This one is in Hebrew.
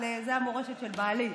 זאת המורשת של בעלי,